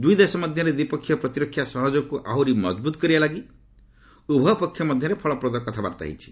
ଦୁଇ ଦେଶ ମଧ୍ୟରେ ଦ୍ୱିପକ୍ଷିୟ ପ୍ରତିରକ୍ଷା ସହଯୋଗକୁ ଆହୁରି ମଜବୁତ କରିବା ଲାଗି ଉଭୟ ପକ୍ଷ ମଧ୍ୟରେ ଫଳପ୍ରଦ କଥାବାର୍ତ୍ତା ହୋଇଛି